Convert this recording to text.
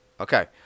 Okay